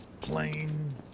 Plain